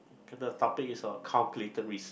the topic is on calculated risk